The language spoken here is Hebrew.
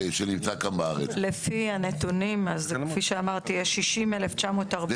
לפי הנתונים, כפי שאמרתי, יש 60,940 חוקיים.